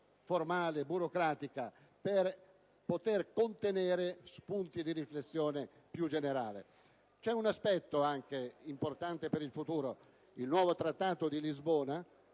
formale, burocratica, per contenere spunti di riflessione più generale. Vi è un aspetto molto importante per il futuro. Il nuovo Trattato di Lisbona